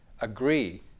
agree